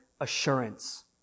Assurance